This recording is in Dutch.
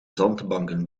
zandbanken